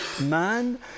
man